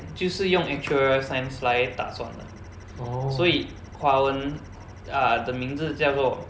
就是用 actuarial science 来打算的所以华文 uh 的名字叫做